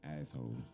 asshole